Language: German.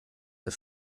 der